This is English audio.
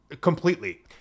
completely